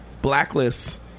Blacklist